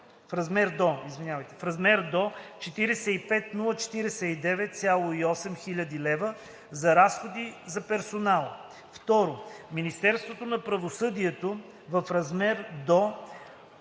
в размер до 45 049,8 хил. лв. за разходи за персонал; 2. Министерството на правосъдието - в размер до